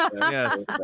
yes